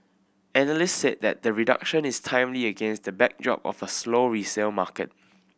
analysts said that the reduction is timely against the backdrop of a slow resale market